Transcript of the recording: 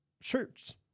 shirts